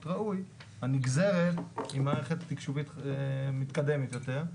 ראוי הנגזרת היא מערכת תקשובית מתקדמת יותר,